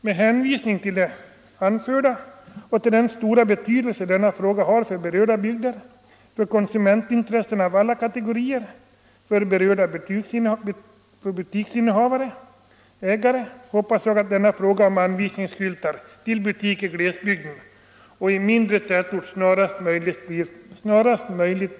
Med hänvisning till det anförda och till den stora betydelse denna fråga har för berörda bygder, för konsumentintressen av alla kategorier och för butiksägare hoppas jag att frågan om anvisningsskyltar till butik i glesbygder och mindre tätorter snarast möjligt blir verklighet.